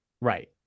Right